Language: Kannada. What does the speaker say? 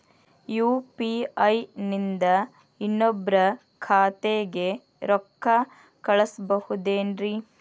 ಯು.ಪಿ.ಐ ನಿಂದ ಇನ್ನೊಬ್ರ ಖಾತೆಗೆ ರೊಕ್ಕ ಕಳ್ಸಬಹುದೇನ್ರಿ?